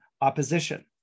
opposition